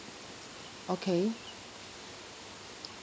okay